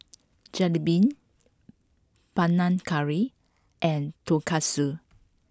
Jalebi Panang Curry and Tonkatsu